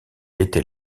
était